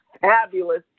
fabulous